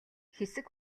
хэсэг